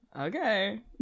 Okay